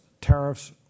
tariffs